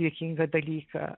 juokingą dalyką